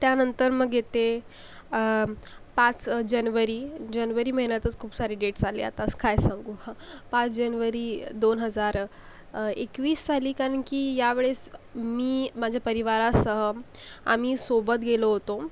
त्यानंतर मग येते म् पाच जनवरी जनवरी महिन्यातच खूप सारे डेट्स आले आतास काय सांगू हं पाच जनवरी दोन हजार एकवीस साली कान की यावेळेस मी माझ्या परिवारासह आम्ही सोबत गेलो होतो